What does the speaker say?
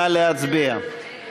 נא להצביע.